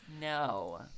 no